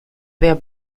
wer